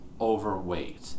overweight